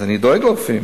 אז אני דואג לרופאים,